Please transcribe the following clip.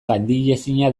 gaindiezina